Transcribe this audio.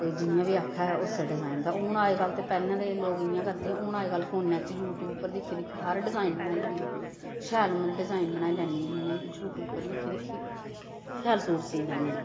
कोई जियां बी आक्खै उस्सै डिजाइन दा हून अज्जकल पैह्लें केई लोक इ'यां करदे हून अज्जकल फोनै च ही यूट्यूब पर दिक्खी दिक्खी पर डिजाइन बनाई लैंदे शैल मतलब डिजाइन बनाई लैंदे जियां बी यूट्यूब पर दिक्खी दिक्खी शैल सूट सी लैन्नी